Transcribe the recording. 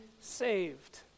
saved